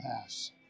pass